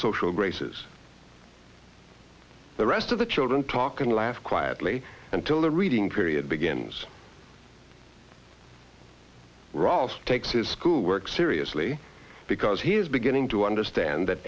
social graces the rest of the children talk and laugh quietly until the reading period begins ross takes his school work seriously because he is beginning to understand that